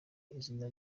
izina